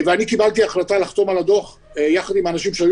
קיבלתי החלטה לחתום על הדוח יחד עם האנשים שהיו